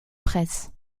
presse